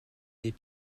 des